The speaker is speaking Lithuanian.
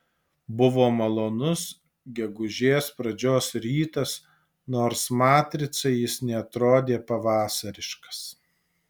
buvo malonus gegužės pradžios rytas nors matricai jis neatrodė pavasariškas